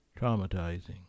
traumatizing